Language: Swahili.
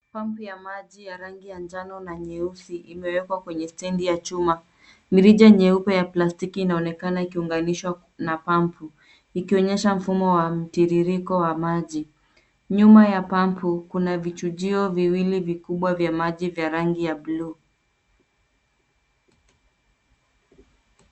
Pampu ya maji ya rangi ya njano na nyeusi imewekwa kwenye stendi ya chuma. Mirija nyeupe ya plastiki inaonekana ikiunganishwa na pampu, ikionyesha mfumo wa mtiririko wa maji. Nyuma ya pampu, kuna vichujio viwili vikubwa vya maji vya rangi ya buluu.